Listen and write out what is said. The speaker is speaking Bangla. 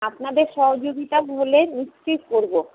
আপনাদের সহযোগিতা হলে নিশ্চয়ই করব